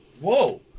whoa